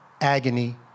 agony